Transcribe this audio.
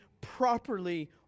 properly